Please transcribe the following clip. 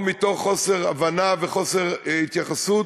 או מתוך חוסר הבנה וחוסר התייחסות,